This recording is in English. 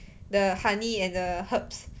the honey and the herbs